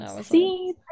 See